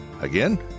Again